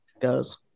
goes